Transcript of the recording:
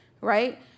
right